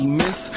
miss